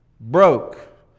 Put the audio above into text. broke